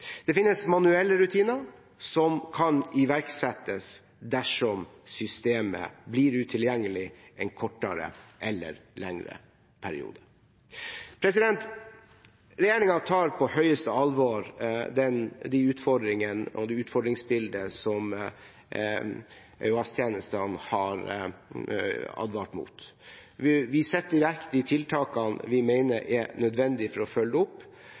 Det finnes manuelle rutiner som kan iverksettes dersom systemet blir utilgjengelig en kortere eller lengre periode. Regjeringen tar på høyeste alvor de utfordringene og det utfordringsbildet som EOS-tjenestene har advart mot. Vi setter i verk de tiltakene vi mener er nødvendig for å følge det opp,